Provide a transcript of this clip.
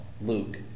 Luke